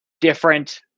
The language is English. different